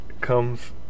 comes